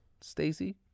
Stacey